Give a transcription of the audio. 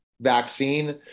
vaccine